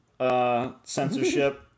censorship